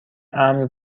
امن